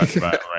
right